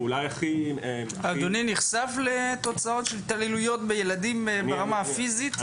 אדוני נחשף לתוצאות של התעללויות בילדים ברמה הפיזית?